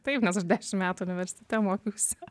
taip nes aš dešim metų universitete mokiausi